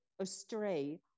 astray